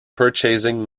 purchasing